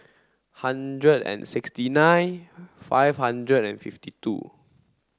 hundred and sixty nine five hundred and fifty two